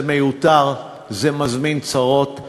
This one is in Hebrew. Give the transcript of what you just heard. זה מיותר, זה מזמין צרות,